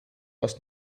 was